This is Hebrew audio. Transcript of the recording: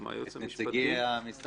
כלומר היועץ המשפטי -- את נציגי המשרד